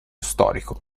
storico